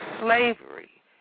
slavery